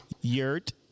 yurt